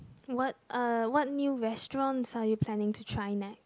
what uh what new restaurants are you planning to try next